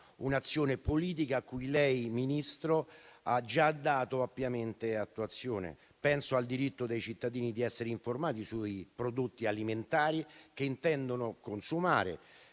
un'azione politica a cui lei, Ministro, ha già dato ampiamente attuazione. Penso al diritto dei cittadini di essere informati sui prodotti alimentari che intendono consumare,